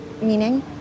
Meaning